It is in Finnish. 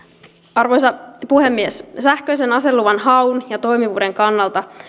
arvoisa puhemies sähköisen aseluvan haun ja toimivuuden kannalta